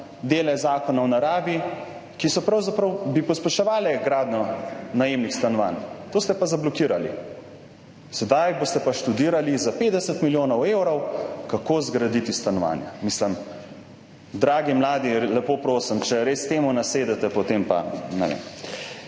ohranjanju narave, ki bi pravzaprav pospeševali gradnjo najemnih stanovanj. To ste pa zablokirali. Sedaj boste pa študirali za 50 milijonov evrov, kako zgraditi stanovanja. Mislim … Dragi mladi, lepo prosim, če res temu nasedete, potem pa ne vem.